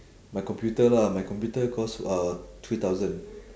my computer lah my computer cost uh three thousand